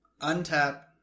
untap